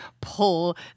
pull